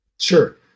Sure